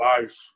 life